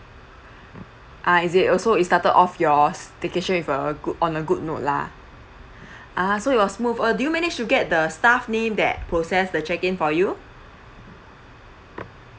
ah is it oh so it started off yours staycation with a good on a good note lah ah so it was smooth uh do you managed to get the staff name that process the check in for you